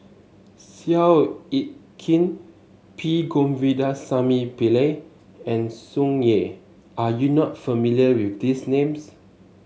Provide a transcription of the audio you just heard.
Seow Yit Kin P Govindasamy Pillai and Tsung Yeh are you not familiar with these names